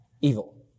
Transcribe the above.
Evil